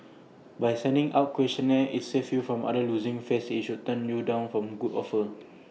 by sending out questionnaire IT saves you from other losing face if she should turn your down from good offer